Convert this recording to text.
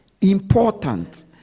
important